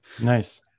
Nice